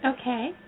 Okay